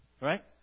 Right